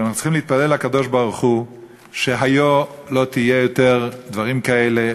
שאנחנו צריכים להתפלל לקדוש-ברוך-הוא שהיה לא יהיו יותר דברים כאלה,